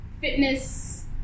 fitness